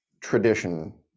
tradition